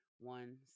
one